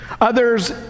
Others